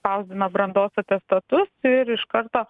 spausdina brandos atestatus ir iš karto